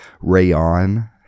Rayon